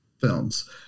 films